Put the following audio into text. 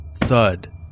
thud